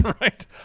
Right